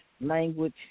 language